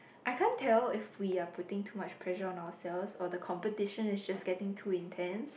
I can't tell if we're putting too much pressure on ourselves or the competition is just getting too intense